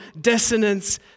dissonance